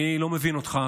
אני לא מבין אותך,